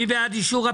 מי בעד אישור הפניות?